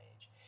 age